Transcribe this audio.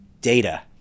data